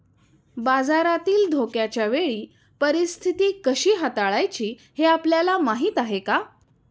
बाजारातील धोक्याच्या वेळी परीस्थिती कशी हाताळायची हे आपल्याला माहीत आहे का?